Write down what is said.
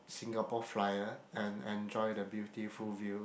Singapore Flyer and enjoy the beautiful view